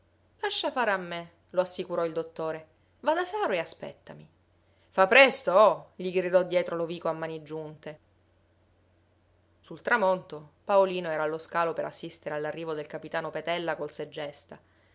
lascia fare a me lo assicurò il dottore va da saro e aspettami fa presto oh gli gridò dietro lovico a mani giunte sul tramonto paolino era allo scalo per assistere all'arrivo del capitano petella col segesta